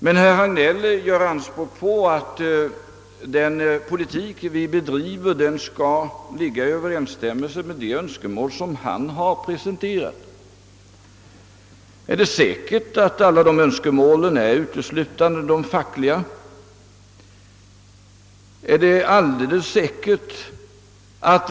Men när herr Hagnell gör anspråk på att den politik som vi bedriver skall stå i överensstämmelse med de önskemål han här presenterat, vill jag fråga: Är det så säkert att alla de önskemålen är uteslutande fackliga?